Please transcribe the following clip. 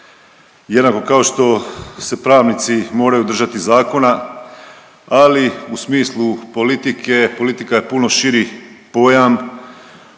jednako kao što se pravnici moraju držati zakona, ali u smislu politike, politika je puno širi pojam